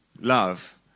love